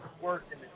working